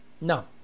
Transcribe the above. No